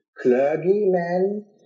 clergyman